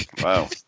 Wow